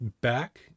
back